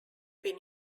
been